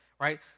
right